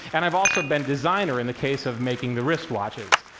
and i've also been designer, in the case of making the wristwatches.